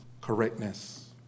correctness